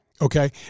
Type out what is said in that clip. Okay